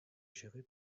géré